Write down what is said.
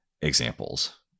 examples